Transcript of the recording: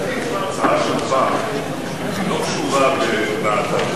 ההצעה שלך לא קשורה בוועדה,